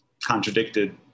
contradicted